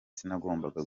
sinagombaga